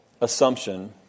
assumption